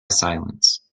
silence